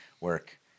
work